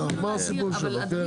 נגמר הסיפור שלו, כן?